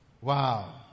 Wow